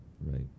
right